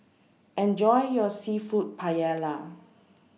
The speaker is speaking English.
Enjoy your Seafood Paella